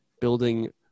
building